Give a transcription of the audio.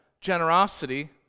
generosity